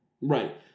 right